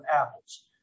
apples